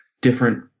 different